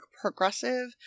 progressive